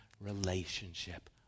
relationship